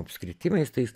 apskritimais tais